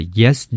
yes